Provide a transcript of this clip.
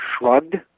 Shrugged